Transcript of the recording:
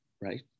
right